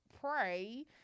pray